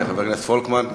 חבר הכנסת פולקמן,